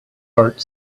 heart